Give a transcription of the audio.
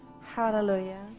Hallelujah